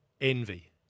envy